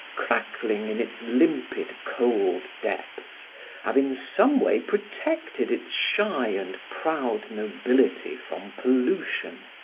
crackling in its limpid, cold depths have in some way protected its shy and proud nobility from pollution.